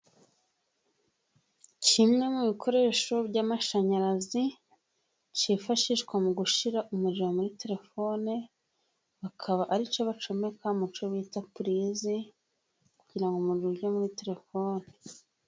Kimwe mu bikoresho by'amashanyarazi, cyifashishwa mu gushira umuriro muri terefone, bakaba aricyo bacomeka mucyo bita purize, kugirango umuriro ujye muri terefone.